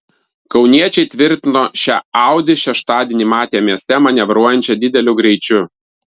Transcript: kauniečiai tvirtino šią audi šeštadienį matę mieste manevruojančią dideliu greičiu